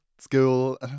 school